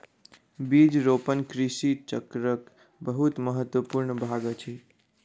बीज रोपण कृषि चक्रक बहुत महत्वपूर्ण भाग अछि